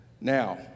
Now